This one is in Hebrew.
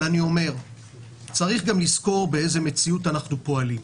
אבל צריך גם לזכור באיזו מציאות אנחנו פועלים.